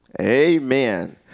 Amen